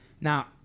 Now